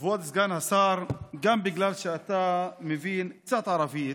כבוד סגן השר, גם בגלל שאתה מבין קצת ערבית,